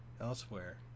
elsewhere